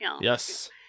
Yes